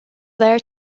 there